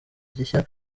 gishya